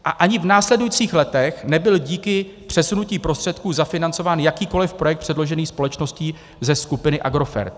A ani v následujících letech nebyl díky přesunutí prostředků zafinancován jakýkoli projekt předložený společností ze skupiny Agrofert.